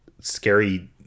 scary